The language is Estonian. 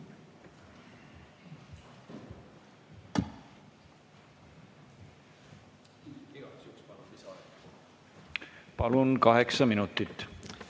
Palun, kaheksa minutit!